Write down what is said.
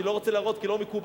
אני לא רוצה להראות כי לא מקובל,